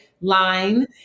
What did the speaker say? line